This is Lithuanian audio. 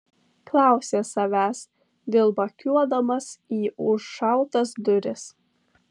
klausė savęs dilbakiuodamas į užšautas duris